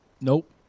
Nope